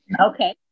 Okay